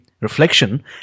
reflection